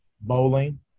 Bowling